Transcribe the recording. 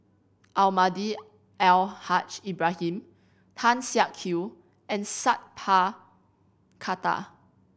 Almahdi Al Haj Ibrahim Tan Siak Kew and Sat Pal Khattar